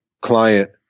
client